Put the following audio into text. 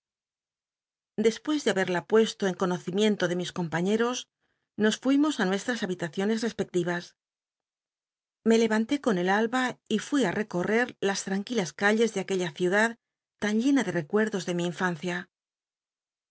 despues de habcl'ia puesto en conocimiento de mis compañeos nos fuimos a nuestras habitaciones espectivas ilc leanté con el alba y fui í recorrer las tranquilas calles de aquella ciudad tan llena de recue dos de mi infancia